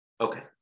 Okay